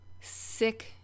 sick